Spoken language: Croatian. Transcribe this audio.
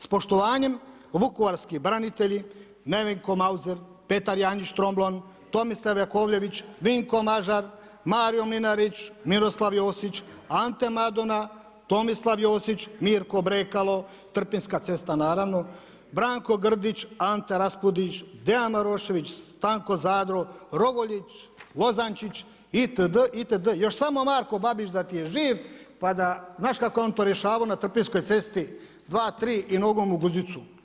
S poštovanjem vukovarski branitelji, Nevenko Mauzer, Petar Janjić Tromblon, Tomislav Jakovljević, Vinko Mažar, Mario Mlinarić, Miroslav Josić, Ante Madona, Tomislav Josić, Mirko Brekalo, Trpinska cesta naravno, Branko Grdić, Ante Raspudić, Dean Marošević, Stanko Zadro, Rogoljić, Lozančić, itd., itd., još samo Marko Babić da ti je živ pa da, znaš kako je on to rješavao na Trpinskoj cesti 2, 3 i nogom u guzicu.